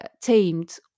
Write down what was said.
tamed